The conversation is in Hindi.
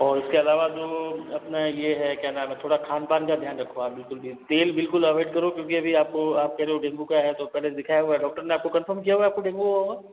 और उसके अलावा जो अपना यह है क्या नाम है थोड़ा खान पान का ध्यान रखो आप बिल्कुल भी तेल बिल्कुल अवॉइड करो क्योंकि अभी आप आप कह रहे हो डेंगू का है तो पहले दिखाया हुआ है डॉक्टर ने आपको कन्फर्म किया हुआ है कि आपको डेंगू हुआ हुआ है